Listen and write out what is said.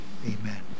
amen